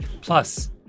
Plus